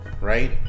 right